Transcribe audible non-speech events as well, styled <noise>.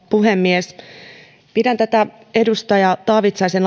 puhemies pidän tätä edustaja taavitsaisen <unintelligible>